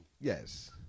yes